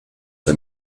the